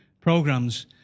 programs